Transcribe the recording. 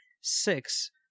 six